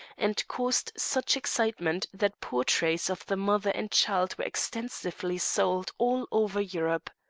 and caused such excitement that portraits of the mother and child were extensively sold all over europe.